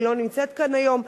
היא לא נמצאת כאן היום,